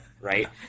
right